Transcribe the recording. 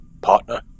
partner